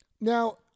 Now